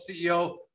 CEO